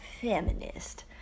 feminist